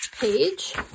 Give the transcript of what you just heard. page